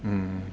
mmhmm